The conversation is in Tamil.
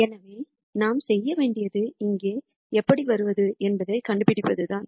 எனவே நாம் செய்ய வேண்டியது இங்கே எப்படி வருவது என்பதைக் கண்டுபிடிப்பதுதான்